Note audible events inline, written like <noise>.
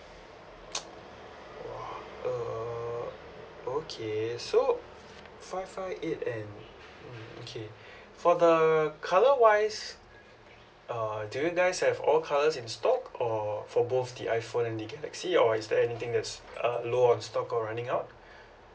<noise> !wah! err okay so five five eight and mm okay for the colour wise err do you guys have all colours in stock or for both the iphone and the galaxy or is there anything that's uh low on stock or running out